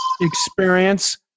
experience